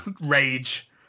Rage